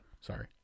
Sorry